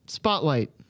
spotlight